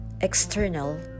external